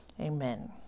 Amen